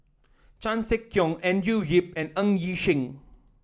Chan Sek Keong Andrew Yip and Ng Yi Sheng